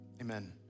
amen